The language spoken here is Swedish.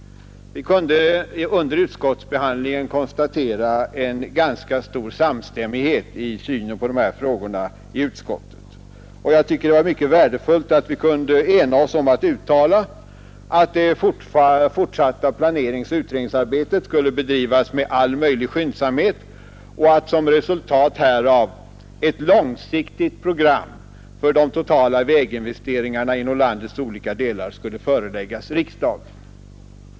Vi kunde inom utskottet konstatera en ganska stor samstämmighet i synen på dessa ting, och jag tycker att det var mycket värdefullt att vi kunde ena oss om att uttala att det fortsatta planeringsoch utredningsarbetet skulle bedrivas med all möjlig skyndsamhet och att som resultat härav ett långsiktigt program för de totala väginvesteringarna inom landets olika delar skulle föreläggas riksdagen.